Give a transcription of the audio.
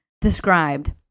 described